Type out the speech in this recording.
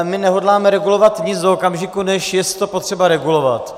My nehodláme regulovat nic do okamžiku, než jestli je to potřeba regulovat.